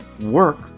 Work